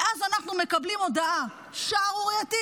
ואז אנחנו מקבלים הודעה שערורייתית: